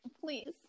please